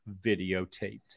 videotaped